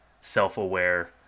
self-aware